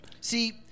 See